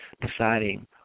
deciding